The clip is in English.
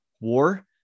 war